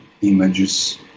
images